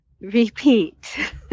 Repeat